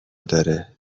داره